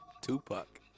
Tupac